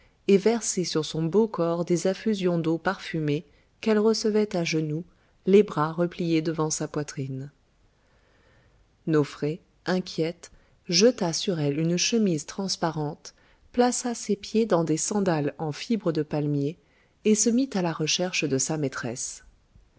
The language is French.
et verser sur son beau corps des affusions d'eau parfumée qu'elle recevait à genoux les bras repliés devant sa poitrine nofré inquiète jeta sur elle une chemise transparente plaça ses pieds dans des sandales en fibres de palmier et se mit à la recherche de sa maîtresse